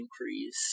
increase